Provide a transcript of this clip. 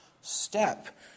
step